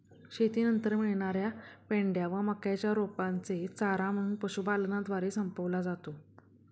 शेतीनंतर मिळणार्या पेंढ्या व मक्याच्या रोपांचे चारा म्हणून पशुपालनद्वारे संपवला जातो